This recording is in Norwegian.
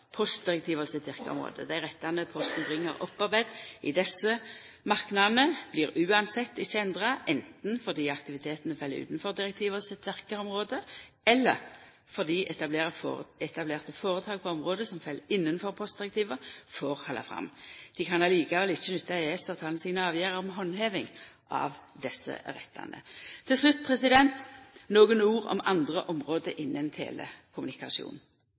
sitt verkeområde. Dei rettane Posten Bring har opparbeidd i desse marknadene, blir uansett ikkje endra, anten fordi aktivitetane fell utanfor direktiva sine verkeområde eller fordi etablerte føretak på område som fell innanfor postdirektiva, får halda fram. Dei kan likevel ikkje nytta EØS-avtalen sine avgjerder om handheving av desse rettane. Til slutt nokre ord om andre område innan telekommunikasjon.